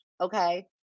okay